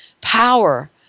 power